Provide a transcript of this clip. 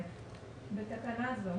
בתקנה זו